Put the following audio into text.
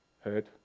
hurt